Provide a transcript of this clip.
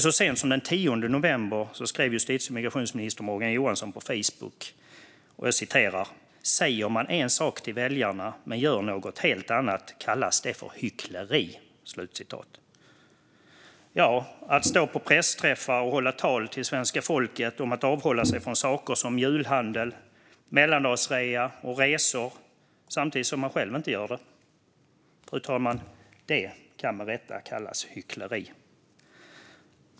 Så sent som den 10 november skrev justitie och migrationsminister Morgan Johansson på Facebook: "Säger man en sak till väljarna men gör något helt annat kallas det för hyckleri." Att stå på pressträffar och hålla tal till svenska folket om att avhålla sig från saker som julhandel, mellandagsrea och resor samtidigt som man själv inte gör det - det, fru talman, kan med rätta kallas för hyckleri.